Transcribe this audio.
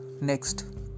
next